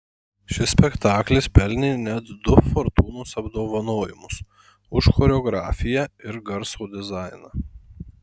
šis spektaklis pelnė net du fortūnos apdovanojimus už choreografiją ir garso dizainą